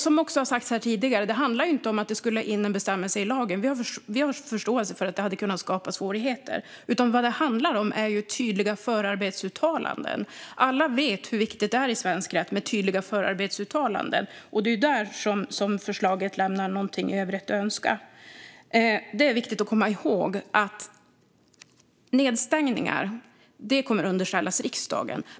Som det har sagts här tidigare handlar det inte om att det ska in en bestämmelse i lagen. Vi har förståelse för att det hade kunnat skapa svårigheter. Vad det handlar om är tydliga förarbetsuttalanden. Alla vet hur viktigt det är i svensk rätt med tydliga förarbetsuttalanden. Det är där som förslaget lämnar en del i övrigt att önska. Det är viktigt att komma ihåg att nedstängningar kommer att underställas riksdagen.